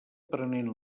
prenent